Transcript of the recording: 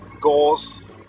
goals